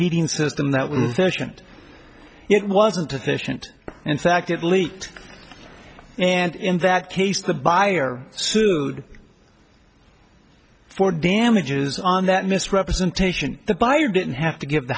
heating system that when the patient it wasn't efficient in fact it leaked and in that case the buyer sued for damages on that misrepresentation the buyer didn't have to give the